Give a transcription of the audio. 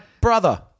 brother